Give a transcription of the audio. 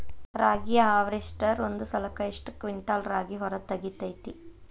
ರಾಗಿಯ ಹಾರ್ವೇಸ್ಟರ್ ಒಂದ್ ಸಲಕ್ಕ ಎಷ್ಟ್ ಕ್ವಿಂಟಾಲ್ ರಾಗಿ ಹೊರ ತೆಗಿತೈತಿ?